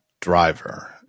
driver